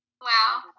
Wow